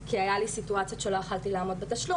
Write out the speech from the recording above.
כי היה לי סיטואציות שלא יכולתי לעמוד בתשלום,